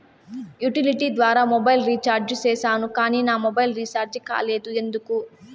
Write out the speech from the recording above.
Utility ద్వారా mobile recharge సేసాను కానీ నా మొబైల్ రీచార్జి కాలేదు ఎందుకు?